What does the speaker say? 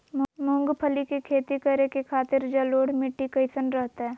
मूंगफली के खेती करें के खातिर जलोढ़ मिट्टी कईसन रहतय?